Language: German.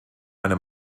eine